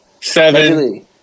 Seven